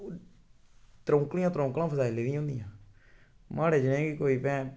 त्रौंकना त्रौंकना फसाई लेई होंदियां नुहाड़े ब्याहै ई कोई